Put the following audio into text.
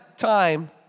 time